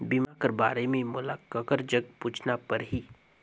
बीमा कर बारे मे मोला ककर जग पूछना परही?